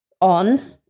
on